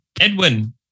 Edwin